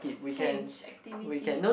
change activity